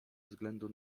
względu